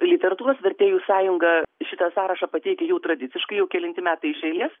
literatūros vertėjų sąjunga šitą sąrašą pateikia jau tradiciškai jau kelinti metai iš eilės